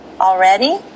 already